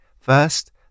First